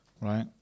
right